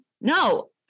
No